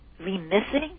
remissing